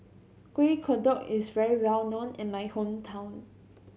Kuih Kodok is very well known in my hometown